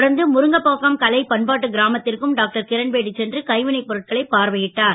தொடர்ந்து முருங்கபாக்கம் கலை பண்பாட்டு கிராமத் ற்கும் டாக்டர் கிரண்பேடி சென்று கைவினைப் பொருட்களை பார்வை ட்டார்